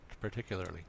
particularly